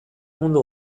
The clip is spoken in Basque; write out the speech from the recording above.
mundu